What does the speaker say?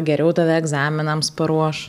geriau tave egzaminams paruoš